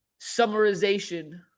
summarization